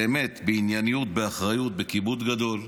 באמת, בענייניות, באחריות, בכבוד גדול.